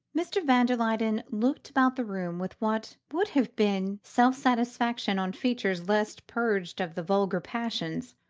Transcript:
mr. van der luyden looked about the room with what would have been self-satisfaction on features less purged of the vulgar passions.